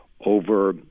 over